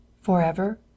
Forever